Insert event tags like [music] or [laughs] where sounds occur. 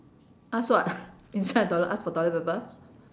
ask what [laughs] inside the toilet ask for toilet paper